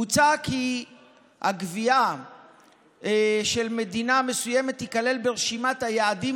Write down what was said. מוצע כי הקביעה שמדינה מסוימת תיכלל ברשימת היעדים